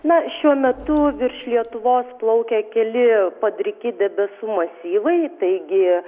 na šiuo metu virš lietuvos plaukia keli padriki debesų masyvai taigi